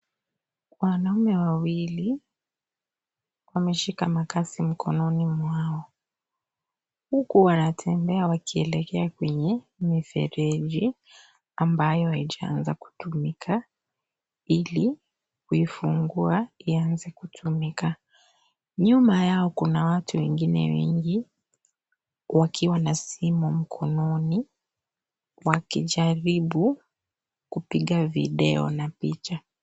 Wanaume wawili wameshika makasi mkononi mwao, huku wanatembea wakielekea kwenye mifereji ambayo haijaanza kutumika ili kuifungua ianze kutumika, nyuma yao kuna watu wengine wengi wakiwa na simu mkononi wakijaribu kupiga video na picha.